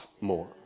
more